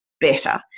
better